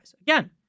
Again